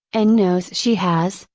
and knows she has,